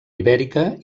ibèrica